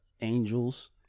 angels